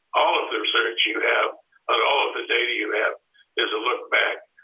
all of their search you have and all of the data you have is a look back.